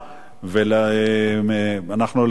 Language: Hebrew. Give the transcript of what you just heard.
ואנחנו לקראת סוף השנה,